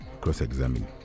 cross-examine